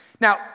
Now